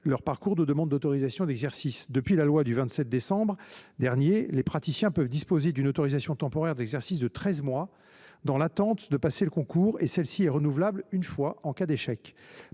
leur parcours de demande d’autorisation d’exercice. Depuis la loi du 27 décembre dernier, les praticiens peuvent disposer d’une autorisation temporaire d’exercice de treize mois en attendant de passer le concours, et celle ci est renouvelable une fois en cas d’échec.